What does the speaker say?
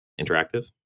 Interactive